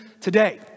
today